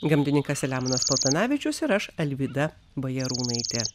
gamtininkas selemonas paltanavičius ir aš alvyda bajarūnaitė